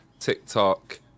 tiktok